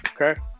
Okay